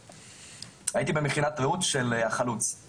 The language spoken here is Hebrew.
הייתי במכינת רעות של החלוץ,